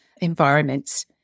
environments